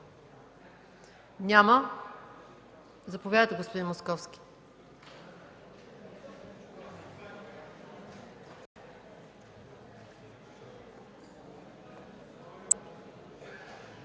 колеги? Заповядайте, господин Московски.